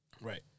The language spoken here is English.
Right